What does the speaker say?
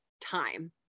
time